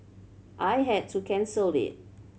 I had to cancel it